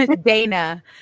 dana